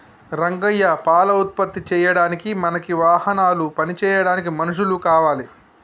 రంగయ్య పాల ఉత్పత్తి చేయడానికి మనకి వాహనాలు పని చేయడానికి మనుషులు కావాలి